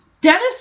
Dennis